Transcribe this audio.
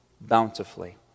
bountifully